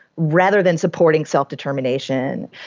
rather than supporting self-determination.